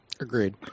Agreed